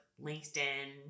LinkedIn